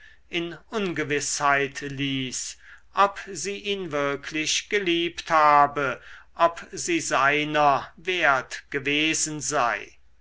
in ungewißheit ließ ob sie ihn wirklich geliebt habe ob sie seiner wert gewesen sei